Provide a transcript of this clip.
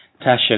Tasha